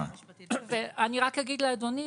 אני אגיד לאדוני,